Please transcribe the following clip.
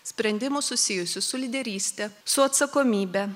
sprendimų susijusių su lyderyste su atsakomybe